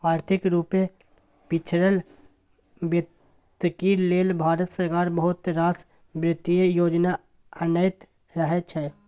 आर्थिक रुपे पिछरल बेकती लेल भारत सरकार बहुत रास बित्तीय योजना अनैत रहै छै